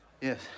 Yes